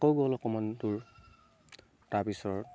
আকৌ গ'ল অকণমান দূৰ তাৰপিছৰ